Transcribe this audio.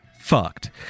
Fucked